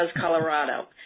Colorado